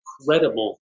incredible